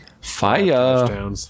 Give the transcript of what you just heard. Fire